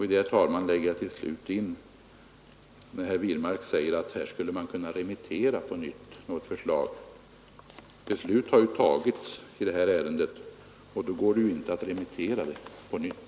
I detta lägger jag till slut också in, herr talman, vad herr Wirmark sade om att här skulle man kunna remittera något förslag på nytt. Beslut har ju fattats i ärendet, och då går det inte att remittera på nytt.